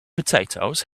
potatoes